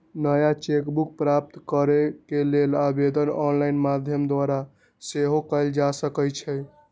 नया cheque book प्राप्त करेके लेल आवेदन ऑनलाइन माध्यम द्वारा सेहो कएल जा सकइ छै